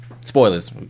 spoilers